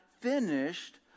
finished